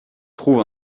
trouve